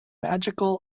magical